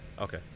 okay